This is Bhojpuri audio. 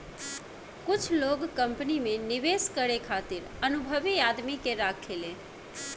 कुछ लोग कंपनी में निवेश करे खातिर अनुभवी आदमी के राखेले